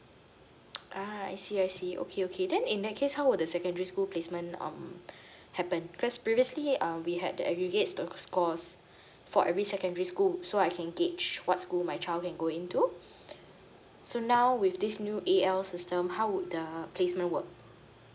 ah I see I see okay okay then in that case how would the secondary school placement um happen because previously um we had the aggregate the scores for every secondary school so I can gauge what school my child can go into so now with this new A L system how would the placement work